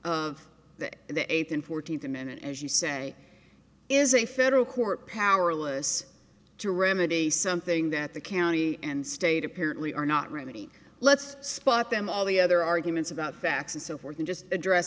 that the eighth in fourteenth amendment as you say is a federal court powerless to remedy something that the county and state apparently are not remedy let's spot them all the other arguments about facts and so forth and just address